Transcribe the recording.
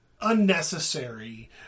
unnecessary